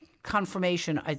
Confirmation